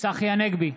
צחי הנגבי,